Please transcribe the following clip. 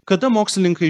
kada mokslininkai